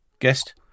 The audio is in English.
Guest